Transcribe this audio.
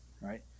right